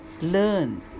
learn